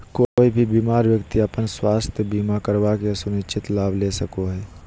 कोय भी बीमार व्यक्ति अपन स्वास्थ्य बीमा करवा के सुनिश्चित लाभ ले सको हय